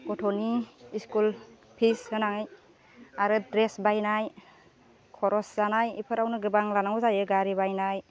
गथ'नि school fees होनाय आरो द्रेस बायनाय खरस जानाय बेफोरावनो गोबां लानांगौ जायो गारि बायनाय